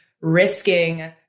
risking